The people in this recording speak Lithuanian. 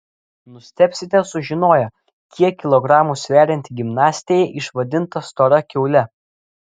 nustebsite sužinoję kiek kilogramų sverianti gimnastė išvadinta stora kiaule